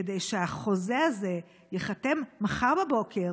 כדי שהחוזה הזה ייחתם מחר בבוקר,